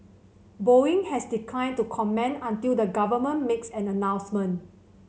Boeing has declined to comment until the government makes an announcement